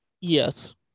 Yes